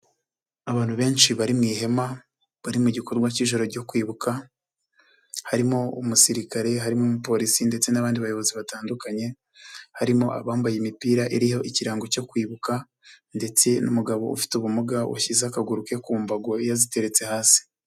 Abantu benshi bari mu ihema, bari mu gikorwa cy'ijoro ryo kwibuka, harimo umusirikare, harimo umupolisi ndetse n'abandi bayobozi batandukanye, harimo abambaye imipira iriho ikirango cyo kwibuka ndetse n'umugabo ufite ubumuga washyize akaguru ke ku mbago yaziteretse hasi.